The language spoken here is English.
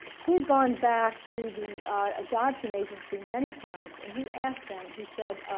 he had gone back to the adoption agency many times and he asked them, he said